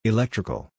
Electrical